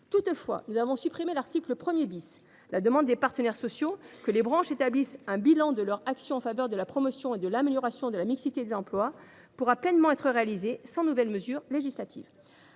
revanche, nous avons supprimé l’article 1 . La demande des partenaires sociaux que les branches établissent un bilan de leur action en faveur de la promotion et de l’amélioration de la mixité des emplois pourra être pleinement satisfaite sans nouvelle mesure législative.